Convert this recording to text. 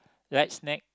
light snack